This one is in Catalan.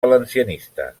valencianista